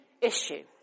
issue